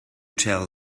tell